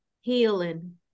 healing